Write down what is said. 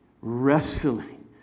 wrestling